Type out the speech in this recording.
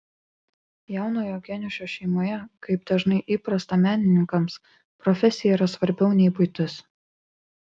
jaunojo geniušo šeimoje kaip dažnai įprasta menininkams profesija yra svarbiau nei buitis